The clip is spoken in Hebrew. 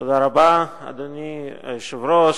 תודה רבה, אדוני היושב-ראש.